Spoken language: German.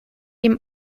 ihm